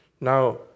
Now